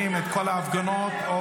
------ לא יכול להיות --- בניגוד